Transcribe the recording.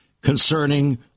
concerning